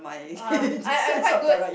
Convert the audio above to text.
lah I I'm quite good